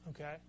okay